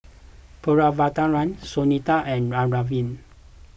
Pritiviraj Sunita and Arvind